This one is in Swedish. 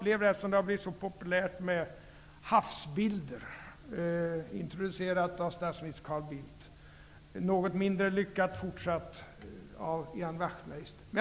Eftersom det har blivit så populärt med havsbilder, introducerade av statsminister Carl Bildt, något mindre lyckat fortsatt av Ian Wachtmeister, skall jag säga följande.